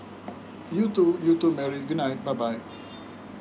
you too you too mary good night bye bye